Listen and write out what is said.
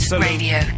Radio